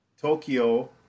Tokyo